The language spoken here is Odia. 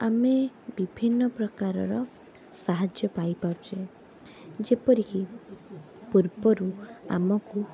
ଆମେ ବିଭିନ୍ନପ୍ରକାରର ସାହାଯ୍ୟ ପାଇପାରୁଛେ ଯେପରି କି ପୂର୍ବରୁ ଆମକୁ